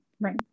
Right